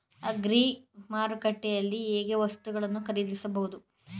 Agri ಮಾರುಕಟ್ಟೆಯಲ್ಲಿ ಹೇಗೆ ವಸ್ತುಗಳನ್ನು ಖರೀದಿಸಬಹುದು?